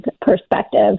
perspective